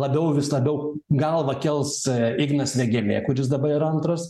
labiau vis labiau galvą kels ignas vėgėlė kuris dabar yra antras